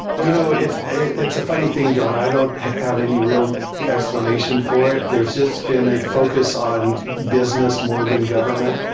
you know, it's a it's a funny thing, john. i don't have any real explanation for it. there's just been a focus on business more than government.